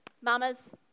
mamas